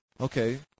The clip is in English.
Okay